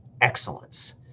excellence